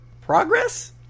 progress